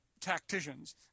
tacticians